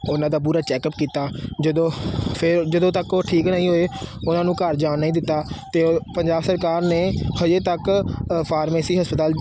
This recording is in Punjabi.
ਉਹਨਾਂ ਦਾ ਪੂਰਾ ਚੈੱਕਅੱਪ ਕੀਤਾ ਜਦੋਂ ਫਿਰ ਜਦੋਂ ਤੱਕ ਉਹ ਠੀਕ ਨਹੀਂ ਹੋਏ ਉਹਨਾਂ ਨੂੰ ਘਰ ਜਾਣ ਨਹੀਂ ਦਿੱਤਾ ਅਤੇ ਉਹ ਪੰਜਾਬ ਸਰਕਾਰ ਨੇ ਹਜੇ ਤੱਕ ਫਾਰਮੇਸੀ ਹਸਪਤਾਲ